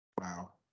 Wow